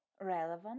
Relevant